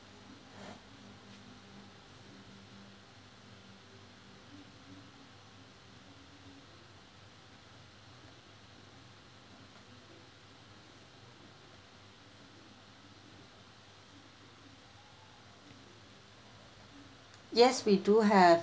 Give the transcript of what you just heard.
yes we do have